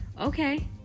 Okay